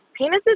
penises